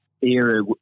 era